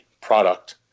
product